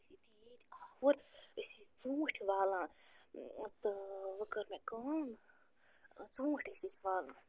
أسۍ لٔگۍ تیٖتۍ آوُر أسۍ ٲسۍ ژوٗنٛٹھۍ والان تہٕ وۄنۍ کٔر مےٚ کٲم ژوٗنٛٹھۍ ٲسۍ ٲسۍ والان